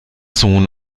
sohn